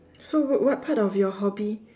so what what part of your hobby